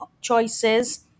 choices